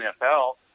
NFL